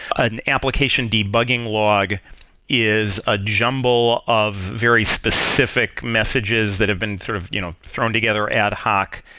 an application debugging log is a jumble of very specific messages that have been sort of you know thrown together ad hoc.